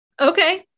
okay